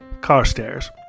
Carstairs